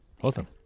Awesome